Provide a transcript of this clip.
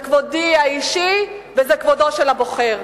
זה כבודי האישי וזה כבודו של הבוחר.